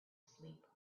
sleep